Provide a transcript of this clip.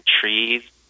trees